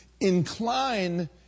Incline